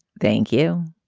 thank you.